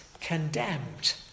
condemned